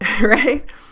right